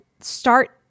start